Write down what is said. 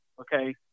Okay